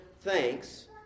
thanks